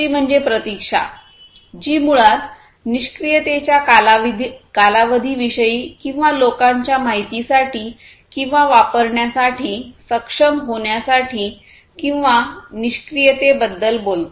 दुसरी म्हणजे प्रतीक्षा जी मुळात निष्क्रियतेच्या कालावधी विषयी किंवा लोकांच्या माहितीसाठी किंवा वापरण्यासाठी सक्षम होण्यासाठी किंवा निष्क्रियतेबद्दल बोलते